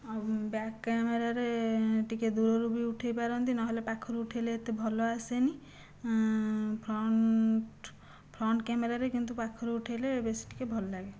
ଆଉ ବ୍ୟାକ୍ କ୍ୟାମେରାରେ ଟିକେ ଦୂରରୁ ବି ଉଠେଇ ପାରନ୍ତି ନ ହେଲେ ପାଖରୁ ଉଠେଇଲେ ଏତେ ଭଲ ଆସେନି ଫ୍ରଣ୍ଟ ଫ୍ରଣ୍ଟ କ୍ୟାମେରାରେ କିନ୍ତୁ ପାଖରୁ ଉଠାଇଲେ ବେଶୀ ଟିକେ ଭଲ ଲାଗେ